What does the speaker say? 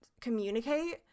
communicate